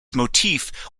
motif